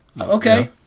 Okay